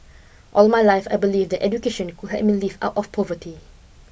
all my life I believed that education could help me lift out of poverty